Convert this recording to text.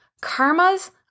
Karma's